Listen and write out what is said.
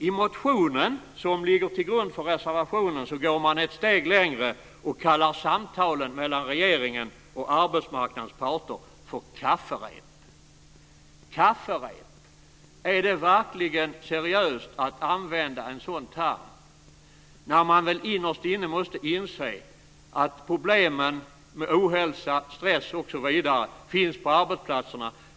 I motionen som ligger till grund för reservationen går man ett steg längre och kallar samtalen mellan regeringen och arbetsmarknadens parter för kafferep. Är det verkligen seriöst att använda en sådan term när man innerst inne måste inse att det finns problem med ohälsa, stress osv. på arbetsplatserna?